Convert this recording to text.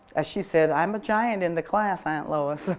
as she said, i'm a giant in the class aunt lois.